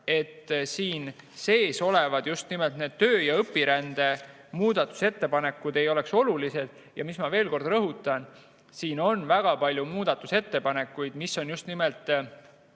et siin sees olevad just nimelt need töö- ja õpirände muudatusettepanekud ei oleks olulised. Ma veel kord rõhutan, et siin on väga palju muudatusettepanekuid, mis on just nimelt